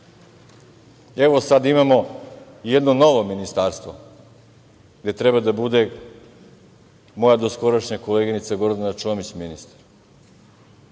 imamo jedno novo ministarstvo gde treba da bude moja doskorašnja koleginica Gordana Čomić ministar.